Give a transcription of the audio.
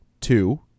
two